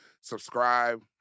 Subscribe